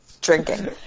drinking